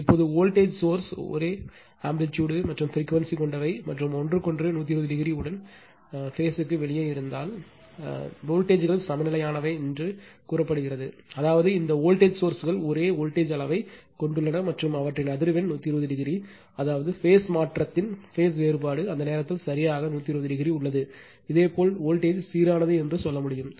இப்போது voltage source ஒரே amplitude மற்றும் பிரிக்வேன்சி கொண்டவை மற்றும் ஒன்றுக்கொன்று 120o உடன் பேஸ்த்திற்கு வெளியே இருந்தால் வோல்ட்டேஜ்கள் சமநிலையானவை என்று கூறப்படுகிறது அதாவது இந்த வோல்ட்டேஜ் சோர்ஸ்கள் ஒரே வோல்ட்டேஜ் அளவைக் கொண்டுள்ளன மற்றும் அவற்றின் அதிர்வெண் 120 o அதாவது பேஸ் மாற்றத்தின் பேஸ் வேறுபாடு அந்த நேரத்தில் சரியாக 120o உள்ளது இதேபோல் வோல்ட்டேஜ்சீரானது என்று சொல்ல முடியும்